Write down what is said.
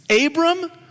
Abram